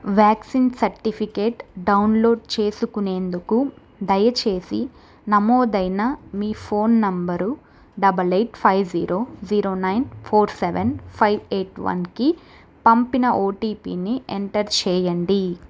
vaccine certificate download చేసుకునేందుకు దయచేసి నమోదైన మీ phone number double eight five zero zero nine four seven five eight one కి పంపిన ఓటీపీని ఎంటర్ చేయండి